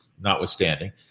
notwithstanding